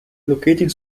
locating